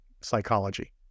psychology